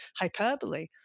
hyperbole